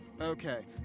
Okay